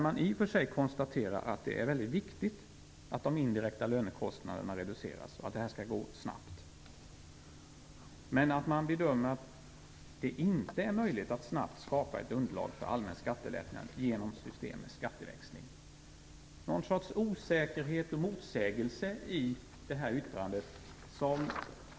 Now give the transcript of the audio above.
I och för sig konstaterar man att det är väldigt viktigt att de indirekta lönekostnaderna reduceras och att det går snabbt, men man bedömer att det inte är möjligt att snabbt skapa ett underlag för allmän skattelättnad genom system med skatteväxling. Det är något slags osäkerhet och motsägelse i det här yttrandet.